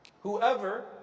Whoever